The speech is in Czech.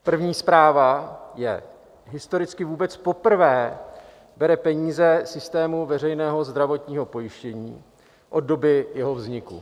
První zpráva je: historicky vůbec poprvé bere peníze systému veřejného zdravotního pojištění od doby jeho vzniku.